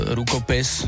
rukopis